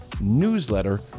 newsletter